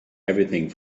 everything